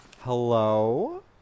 hello